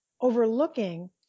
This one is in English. overlooking